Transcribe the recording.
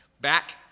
Back